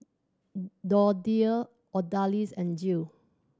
Dorthea Odalis and Jill